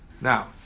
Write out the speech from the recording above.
now